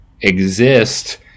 exist